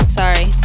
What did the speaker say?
sorry